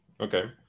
Okay